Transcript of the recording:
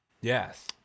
yes